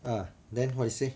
ah then how to say